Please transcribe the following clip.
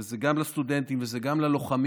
זה גם לסטודנטים וזה גם ללוחמים.